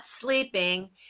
sleeping